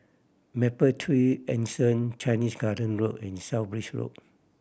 Mapletree Anson Chinese Garden Road and South Bridge Road